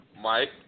Mike